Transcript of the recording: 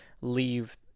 leave